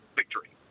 victory